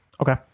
Okay